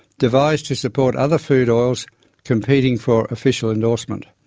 devised to support other food oils competing for official endorsement.